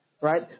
Right